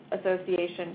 Association